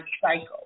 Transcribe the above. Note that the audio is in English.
cycle